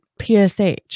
PSH